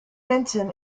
benson